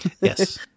Yes